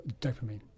dopamine